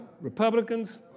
Republicans